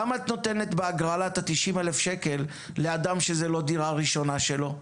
למה את נותנת בהגרלה את ה-90,000 שקלים לאדם שזאת לא דירה ראשונה שלו?